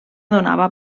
donava